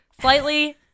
slightly